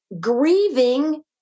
grieving